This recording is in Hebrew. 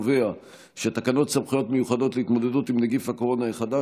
אין תקנות סמכויות מיוחדות להתמודדות עם נגיף הקורונה החדש